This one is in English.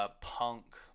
punk